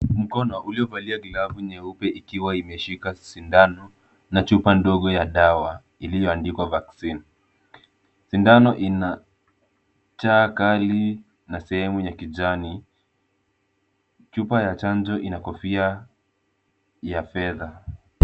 Mknouliovalia glavu nyeupe ikiwa imeshika sindano na chupa ndogo ya dawa iliyoandikwa vaccine . Sindano ina cha kali na sehemu ya kijani. Chupa ya chanj ina kofia ya fedha.